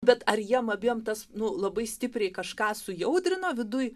bet ar jiems abiem tas nu labai stipriai kažką sujaudrina viduj